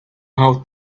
how